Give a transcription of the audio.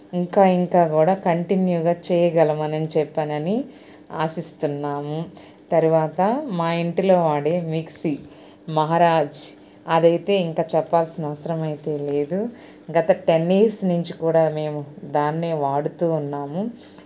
ఇంకా ఇంకా కూడా కంటిన్యూగా చేయగలమని చెప్పానని ఆశిస్తున్నాము తర్వాత మా ఇంటిలో వాడే మిక్సీ మహరాజ్ అదైతే ఇంక చెప్పాల్సిన అవసరం అయితే లేదు గత టెన్ ఇయర్స్ నుంచి కూడా మేము దాన్నే వాడుతూ ఉన్నాము